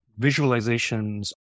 visualizations